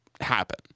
happen